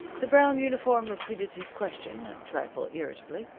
the brown uniform repeated his question, a trifle irritably.